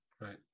right